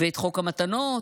ואת חוק המתנות שכחנו,